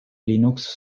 linux